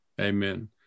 Amen